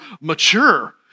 mature